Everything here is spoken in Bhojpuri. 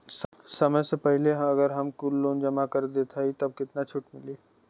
समय से पहिले अगर हम कुल लोन जमा कर देत हई तब कितना छूट मिली?